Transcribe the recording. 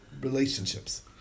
relationships